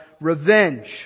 revenge